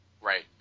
Right